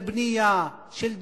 של בנייה, של דיור,